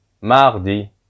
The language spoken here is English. mardi